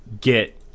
get